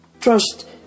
Trust